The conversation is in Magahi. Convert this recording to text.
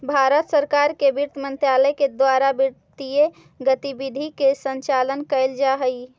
भारत सरकार के वित्त मंत्रालय के द्वारा वित्तीय गतिविधि के संचालन कैल जा हइ